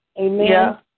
Amen